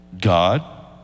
God